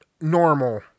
normal